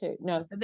no